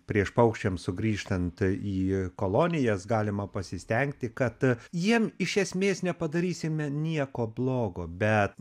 prieš paukščiams sugrįžtant į kolonijas galima pasistengti kad jiem iš esmės nepadarysime nieko blogo bet